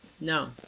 No